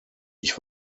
ich